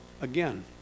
again